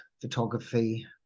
photography